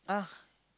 uh